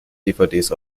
dvds